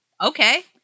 Okay